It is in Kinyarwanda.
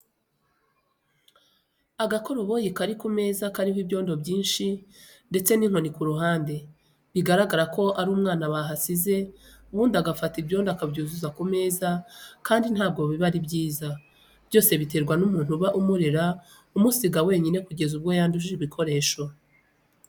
Agakoroboyi kari ku meza kariho ibyondo byinshi ndetse n'inkoni ku ruhande, bigaragara ko ari umwana bahasize ubundi agafata ibyondo akabyuzuza ku meza kandi ntabwo biba ari byiza. Byose biterwa n'umuntu uba umurera umusiga wenyine kugeza ubwo yanduje ibikoresho.